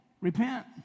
Repent